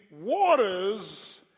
waters